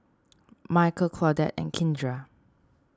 Micheal Claudette and Kindra